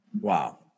Wow